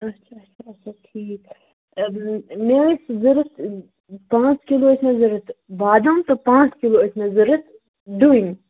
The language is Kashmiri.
آچھا آچھا آچھا ٹھیٖک مےٚ ٲسۍ ضوٚرَتھ پانٛژھ کِلوٗ ٲسۍ مےٚ ضوٚرَتھ بادام تہٕ پانٛژھ کِلوٗ ٲسۍ مےٚ ضوٚرَتھ ڈوٗنۍ